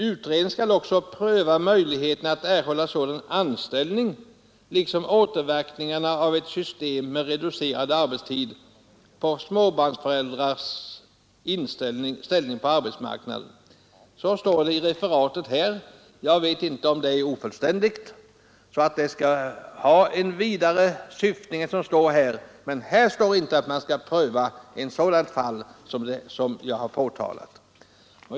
Utredningen skall också pröva möjligheterna att erhålla sådan anställning liksom återverkningarna av ett system med reducerad arbetstid på småbarnsföräldrarnas ställning på arbetsmarknaden.” Så står det i referatet i betänkandet. Jag vet inte om det är ofullständigt, så att direktiven skall ha en vidare syftning än den som finns angiven i betänkandet, men i betänkandet står det inte att man skall pröva ett sådant fall som det jag har påtalat.